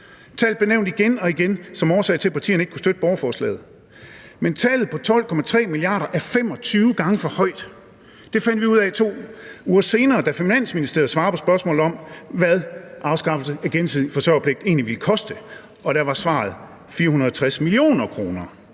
Tallet blev nævnt igen og igen som årsag til, at partierne ikke kunne støtte borgerforslaget. Men tallet på 12,3 mia. kr. er 25 gange for højt. Det fandt vi ud af 2 uger senere, da Finansministeriet svarede på spørgsmålet om, hvad afskaffelse af gensidig forsøgerpligt egentlig ville koste. Og der var svaret 460 mio. kr.